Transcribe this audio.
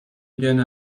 gerne